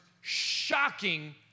shocking